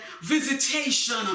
visitation